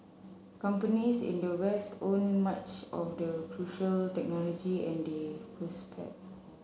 companies in the West owned much of the crucial technology and they prospered